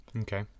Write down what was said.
Okay